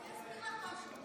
אני אסביר לך משהו,